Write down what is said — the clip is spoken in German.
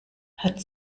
hat